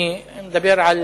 אני מדבר על,